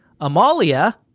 Amalia